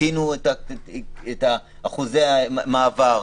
העלו את אחוזי המעבר.